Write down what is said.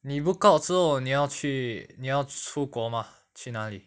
你 book out 之后你要去你要出国嘛去哪里